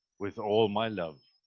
with all my love.